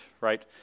right